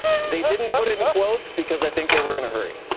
they didn't put it in quotes because i think they were in a hurry.